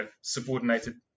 subordinated